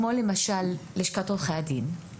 כמו לשכת עורכי הדין,